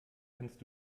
kannst